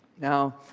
Now